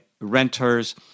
renters